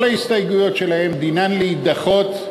כל ההסתייגויות שלהם דינן להידחות.